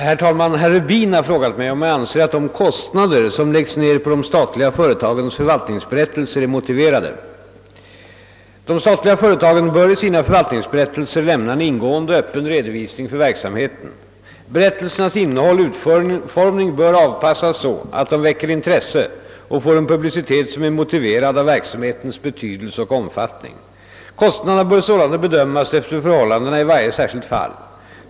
Herr talman! Herr Rubin har frågat mig om jag anser att de kostnader som läggs ner på de statliga företagens förvaltningsberättelser är motiverade. De statliga företagen bör i sina förvaltningsberättelser lämna en ingående och öppen redovisning för verksamheten. Berättelsernas innehåll och utformning bör avpassas så att de väcker in tresse och får en publicitet som är motiverad av verksamhetens betydelse och omfattning. Kostnaderna bör sålunda bedömas efter förhållandena i varje särskilt fall.